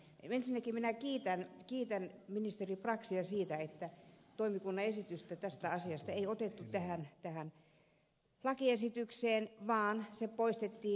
ensinnäkin minä kiitän ministeri braxia siitä että toimikunnan esitystä tästä asiasta ei otettu tähän lakiesitykseen vaan se poistettiin